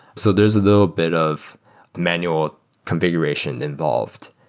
so there's a little bit of manual configuration involved.